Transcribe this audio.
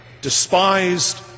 despised